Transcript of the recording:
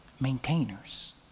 Maintainers